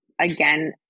again